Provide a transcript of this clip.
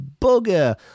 bugger